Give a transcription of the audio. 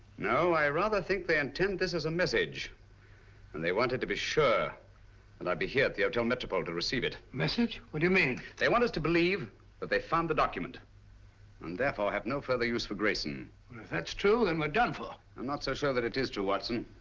no, i rather think they intended this as a message and they wanted to be sure that i'd be here at the hotel metropole to receive it. message? what do you mean? they want us to believe that they found the document and therefore have no further use for grayson. well, if that's true then we're done for. i'm not so sure that it is true, watson.